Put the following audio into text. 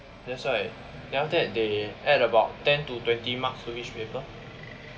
that's why then after that they add about ten to twenty marks to each paper